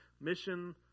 mission